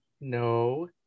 No